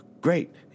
great